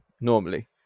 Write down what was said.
normally